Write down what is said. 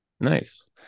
Nice